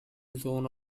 zone